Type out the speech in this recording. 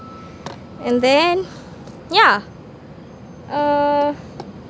and then yeah uh